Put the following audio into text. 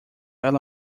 ela